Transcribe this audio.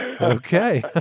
Okay